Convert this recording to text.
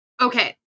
Okay